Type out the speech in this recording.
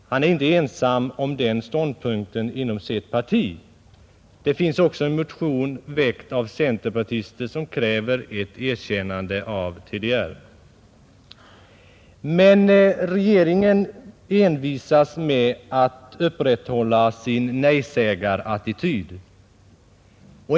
Han är inte ensam om den ståndpunkten inom sitt parti. Det finns också en motion väckt av centerpartister som kräver ett erkännande av TDR. Men regeringen envisas med att upprätthålla sin nej-sägar-attityd.